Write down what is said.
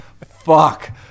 Fuck